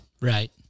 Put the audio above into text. Right